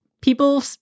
people